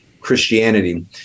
Christianity